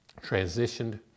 transitioned